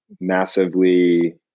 massively